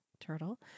turtle